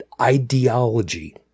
ideology